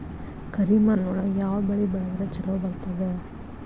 ಕರಿಮಣ್ಣೊಳಗ ಯಾವ ಬೆಳಿ ಬೆಳದ್ರ ಛಲೋ ಬರ್ತದ?